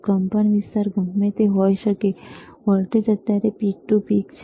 કંપનવિસ્તાર ગમે તે હોઈ શકે વોલ્ટેજ અત્યારે પીક ટુ પીક છે